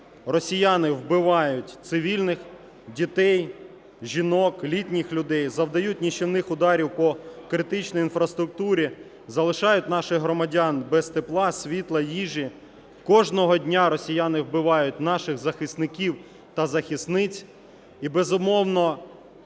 росіяни вбивають цивільних дітей, жінок, літніх людей, завдають нищівних ударів по критичній інфраструктурі, залишають наших громадян без тепла, світла, їжі, кожного дня росіяни вбивають наших захисників та захисниць. І, безумовно,